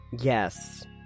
Yes